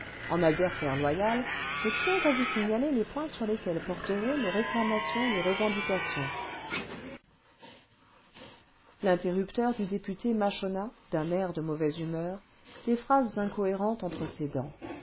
en adversaire loyale je tiens à vous signaler les points sur lesquels porteront nos réclamations et revendications l'interrupteur du député mâchonna d'un air de mauvaise humeur des phrases incohérentes entre ses dents